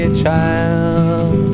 child